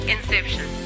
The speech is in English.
Inception